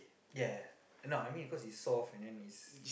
ya ya no I mean because it's soft and then is